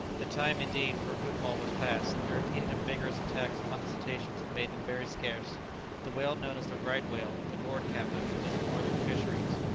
the time, indeed, for a good haul was past the repeated and vigourous attacks upon the cetaceans had made them very scarce the whale known as the right whale, the nord-kapper of the northern fisheries,